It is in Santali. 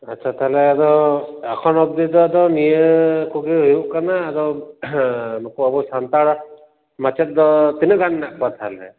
ᱟᱪᱪᱷᱟ ᱛᱟᱦᱚᱞᱮ ᱟᱫᱚ ᱮᱠᱷᱚᱱ ᱚᱵᱽᱫᱤ ᱫᱚ ᱟᱫᱚ ᱱᱤᱭᱟᱹ ᱠᱚᱜᱮ ᱦᱩᱭᱩᱜ ᱠᱟᱱᱟ ᱟᱫᱚ ᱱᱩᱠᱩ ᱟᱵᱚ ᱥᱟᱱᱛᱟᱲ ᱢᱟᱪᱮᱫ ᱫᱚ ᱛᱤᱱᱟᱹᱜ ᱜᱟᱱ ᱢᱮᱱᱟᱜ ᱠᱚᱣᱟ ᱛᱟᱦᱚᱞᱮ